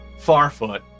Farfoot